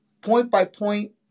point-by-point